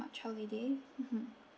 march holiday mmhmm